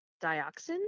dioxin